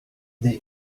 they